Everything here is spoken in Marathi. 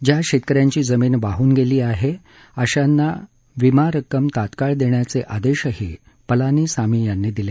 ज्या शेतकऱ्यांची जामिन वाहून गेली अशांना विमा रक्कम तात्काळ देण्याचे आदेशही पलानीसामी यांनी दिले